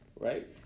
right